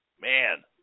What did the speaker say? man